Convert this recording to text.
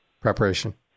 preparation